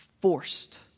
forced